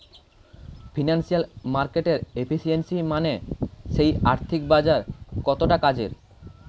financial মার্কেটের efficiency মানে সেই আর্থিক বাজার কতটা কাজের